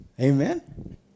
Amen